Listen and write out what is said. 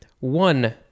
One